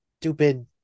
stupid